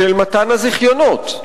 של מתן הזיכיונות.